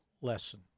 lesson